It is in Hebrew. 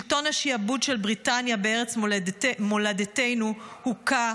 שלטון השעבוד של בריטניה בארץ מולדתנו הוכה,